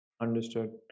understood